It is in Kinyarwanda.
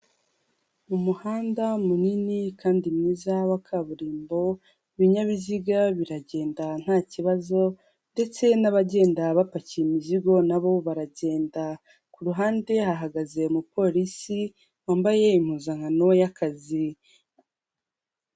Umuhanda munini kandi mwiza wa kaburimbo, ibinyabiziga biragenda nta kibazo, ndetse n'abagenda bapakiye imizigo na bo baragenda. Ku ruhande bahagaze umupolisi wambaye impuzankano y'akazi.